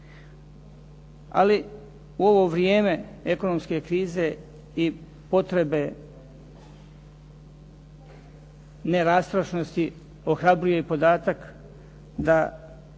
Ali u ovo vrijeme ekonomske krize i potrebe ne rastrošnosti ohrabljuje podatak da